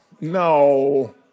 No